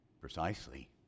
Precisely